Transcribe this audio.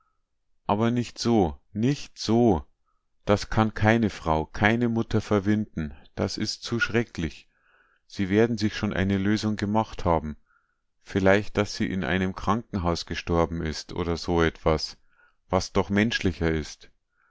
aber nicht so nicht so das kann keine frau keine mutter verwinden das ist zu schrecklich sie werden sich schon eine lösung gemacht haben vielleicht daß sie in einem krankenhaus gestorben ist oder so etwas was doch menschlicher ist